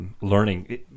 Learning